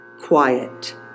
quiet